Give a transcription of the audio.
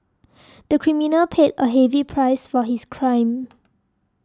the criminal paid a heavy price for his crime